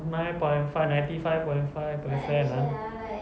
nine point five ninety nine point five percent ah